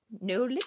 no